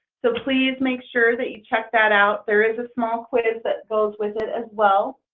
so please make sure that you check that out. there is a small quiz that goes with it, as well.